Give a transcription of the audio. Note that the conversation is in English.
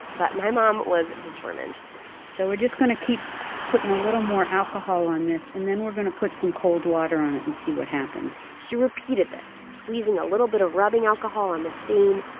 but my mom was determined so we're just going to keep putting a little more alcohol on this, and then we're going to put some cold water on it and see what happens she repeated this, squeezing a little bit of rubbing alcohol on the stain,